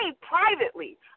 privately